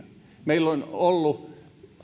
meillä on ollut